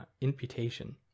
imputation